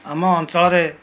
ଆମ ଅଞ୍ଚଳରେ